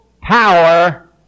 power